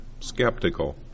skeptical